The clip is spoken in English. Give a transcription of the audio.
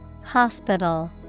Hospital